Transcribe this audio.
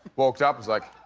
walked up, was like,